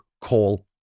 call